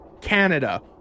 Canada